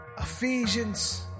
Ephesians